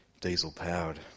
Diesel-powered